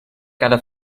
cada